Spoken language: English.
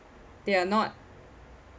they are not